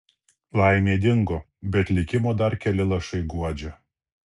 laimė dingo bet likimo dar keli lašai guodžia